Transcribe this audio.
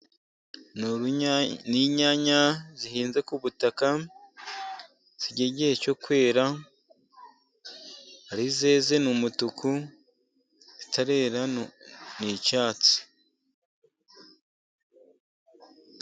Ni inyanya zihinze ku butaka, zigeze igihe cyo kwera. Ari izeze ni umutuku izitarera ni icyatsi.